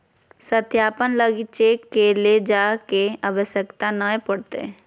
सत्यापन लगी चेक के ले जाय के आवश्यकता नय पड़तय